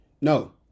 No